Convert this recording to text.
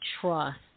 trust